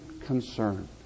concern